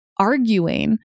arguing